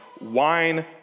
wine